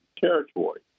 territory